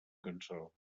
cançó